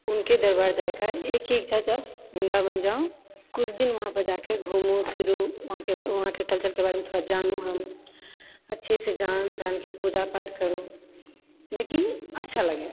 हुनके दरबार जाएके एक ही इच्छा छै अब वृन्दावन जाउ किछु दिन वहाँपर जाकऽ घुमू फिरु वहाँके वहाँके कल्चरके बारेमे थोड़ा जानू हम अच्छेसँ जानि जानिके पूजा पाठ करु जेकि अच्छा लगय है